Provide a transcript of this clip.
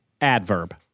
Adverb